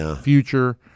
future